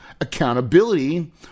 accountability